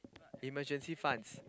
emergency funds